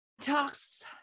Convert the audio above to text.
talks